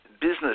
business